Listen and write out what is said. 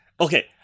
okay